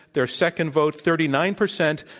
their second vote, thirty nine percent.